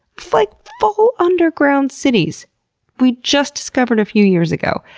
like full underground cities we just discovered a few years ago!